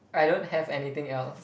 I don't have anything else